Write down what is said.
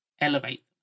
elevate